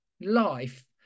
life